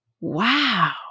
wow